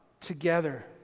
together